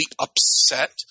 upset